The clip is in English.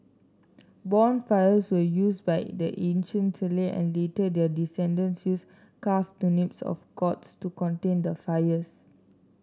bonfires were used by the ancient and later their descendents carved turnips or gourds to contain the fires